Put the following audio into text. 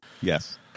Yes